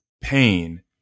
Pain